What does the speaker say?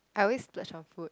I always splurge on food